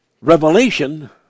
revelation